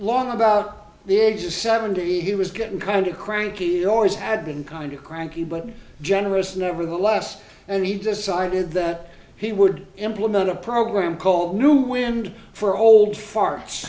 long about the age of seventy he was getting kind of cranky always had been kind of cranky but generous nevertheless and he decided that he would implement a program called new wind for old far